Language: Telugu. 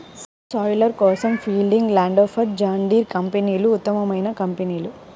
సబ్ సాయిలర్ కోసం ఫీల్డింగ్, ల్యాండ్ఫోర్స్, జాన్ డీర్ కంపెనీలు ఉత్తమమైన కంపెనీలు